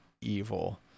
evil